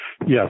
Yes